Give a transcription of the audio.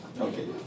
Okay